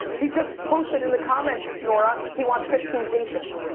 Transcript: he just posted in the comments, nora. he wants fifteen cases.